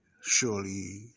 Surely